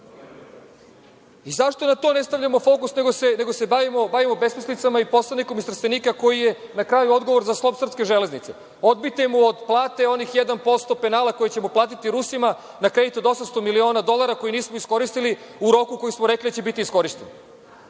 Zašto na to ne stavljamo fokus, nego se bavimo besmislicama i poslanikom iz Trstenika koji je na kraju odgovor za slom srpske železnice. Odbijte mu od plate onih 1% penala koji ćemo platiti Rusima na kredit od 800 miliona dolara koji nismo iskoristili u roku koji smo rekli da će biti iskorišćen.